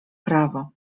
prawo